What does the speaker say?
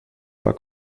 war